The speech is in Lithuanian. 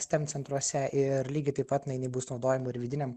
steam centruose ir lygiai taip pat na jinai bus naudojama ir vidiniam